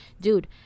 dude